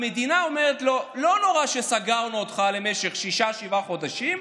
המדינה אומרת לו: לא נורא שסגרנו אותך למשך שישה-שבעה חודשים,